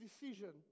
decision